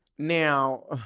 Now